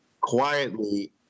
Quietly